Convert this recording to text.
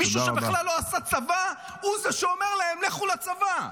מישהו שבכלל לא עשה צבא הוא זה שאומר להם לכו לצבא.